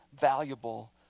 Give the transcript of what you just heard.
valuable